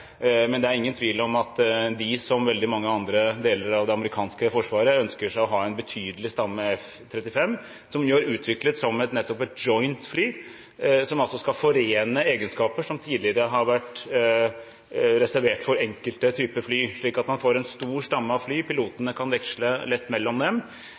men det er ingen tvil om at de som veldig mange andre deler av det amerikanske forsvaret ønsker å ha en betydelig stamme F-35, som jo er utviklet som nettopp et «joint» fly, som altså skal forene egenskaper som tidligere har vært reservert for enkelte typer fly, slik at man får en stor stamme av fly, og pilotene kan veksle lett mellom dem.